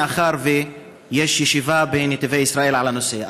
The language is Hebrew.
מאחר שיש ישיבה בנתיבי ישראל על הנושא.